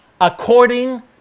according